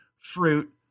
fruit